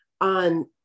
on